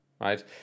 Right